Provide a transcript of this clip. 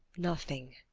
nothing.